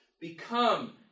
become